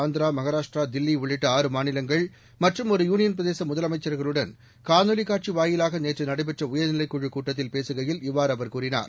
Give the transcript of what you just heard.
ஆந்திரா மகாராஷ்ட்டிரா தில்லி உள்ளிட்ட ஆறு மாநிலங்கள் மற்றும் ஒரு யூனியன் பிரதேச முதலமைச்சர்களுடன் காணொலிக் காட்சி வாயிலாக நேற்று நடைபெற்ற உயர்நிலைக் குழு கூட்டத்தில் பேசுகையில் இவ்வாறு அவர் கூறினார்